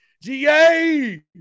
GA